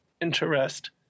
interest